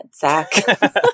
Zach